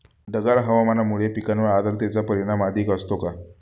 ढगाळ हवामानामुळे पिकांवर आर्द्रतेचे परिणाम अधिक असतो का?